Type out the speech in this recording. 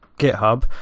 github